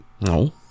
no